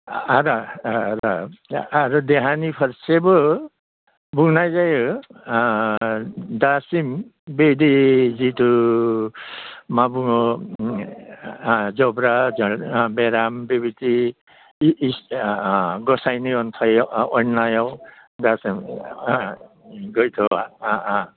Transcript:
दा आरो देहानि फारसेबो बुंनाय जायो दासिम बिदि जिथु मा बुङो जब्रा बेराम बेबायदि गसाइनि अनसायनायाव अननायाव दासिम गैथ'आ